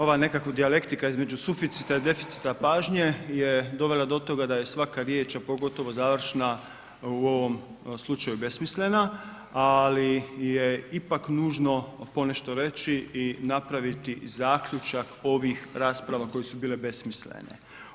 Ovaj, ova nekako dijalektika između suficita i deficita pažnje je dovela do toga da je svaka riječ, a pogotovo završna u ovom slučaju besmislena, ali je ipak nužno ponešto reći i napraviti zaključak ovih rasprava koje su bile besmislene.